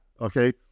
Okay